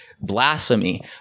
blasphemy